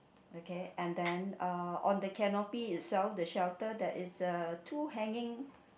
okay and then uh on the canopy itself the shelter there is uh two hanging